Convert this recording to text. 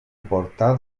portal